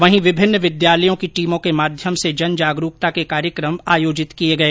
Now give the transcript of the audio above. वहीं विभिन्न विद्यालयों की टीमों के माध्यम से जन जागरूकता के कार्यक्रम आयोजित किए गए